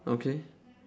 okay